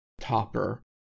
Topper